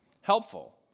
Helpful